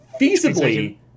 Feasibly